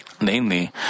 Namely